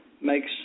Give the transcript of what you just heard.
makes